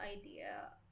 idea